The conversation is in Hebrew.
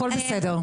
הכול בסדר.